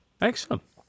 Excellent